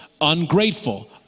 ungrateful